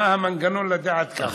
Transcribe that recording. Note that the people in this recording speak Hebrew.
מה המנגנון לדעת כמה?